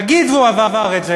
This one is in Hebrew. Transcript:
נגיד שהוא עבר את זה